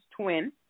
twin